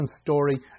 story